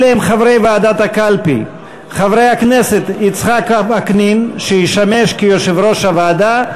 אלה הם חברי ועדת הקלפי: חבר הכנסת יצחק וקנין שישמש כיושב-ראש הוועדה,